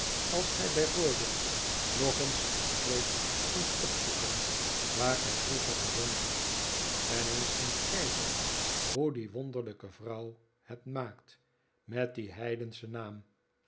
als gij bij voorbeeld nog eens de streek gingt opzoeken waar gij vroeger gewoond hebt en eens gingt kijken hoe die wonderlijke vrouw het maakt met dien heidenschen naam